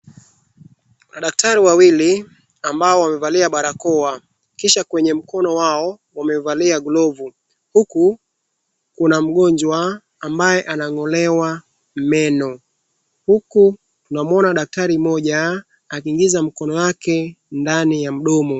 Madaktari wawili ambao wamevalia barakoa, kisha kwenye mkono wao wamevalia glovu. Huku kuna mgonjwa ambaye anang'olewa meno. Huku tunamuona daktari mmoja akiingiza mkono wake ndani ya mdomo.